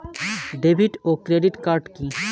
David ও credit card কি?